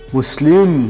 Muslim